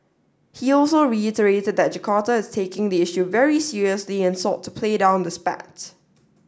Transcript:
he also reiterated that Jakarta is taking the issue very seriously and sought to play down the spat